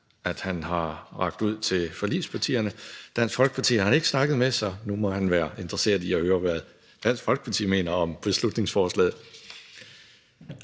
at han har rakt ud til forligspartierne. Han har ikke snakket med Dansk Folkeparti, så nu må han være interesseret i at høre, hvad Dansk Folkeparti mener om beslutningsforslagene.